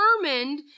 determined